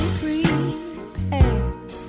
prepared